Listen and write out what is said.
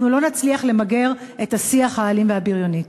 אנחנו לא נצליח למגר את השיח האלים והבריוני.